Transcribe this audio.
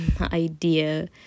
idea